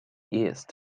east